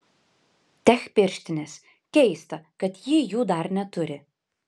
tech pirštinės keista kad ji jų dar neturi